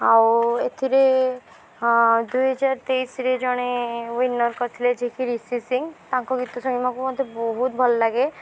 ଆଉ ଏଥିରେ ଦୁଇ ହଜାର ତେଇଶରେ ଜଣେ ୱିନର୍ କରିଥିଲେ ଯେକି ରିସି ସିଂ ତାଙ୍କ ଗୀତ ଶୁଣିବାକୁ ମୋତେ ବହୁତ ଭଲ ଲାଗେ